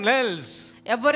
else